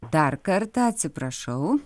dar kartą atsiprašau